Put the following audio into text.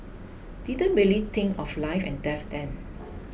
didn't really think of life and death then